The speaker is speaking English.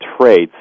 traits